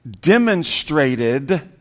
demonstrated